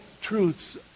truths